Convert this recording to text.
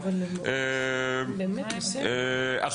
אך